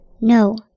No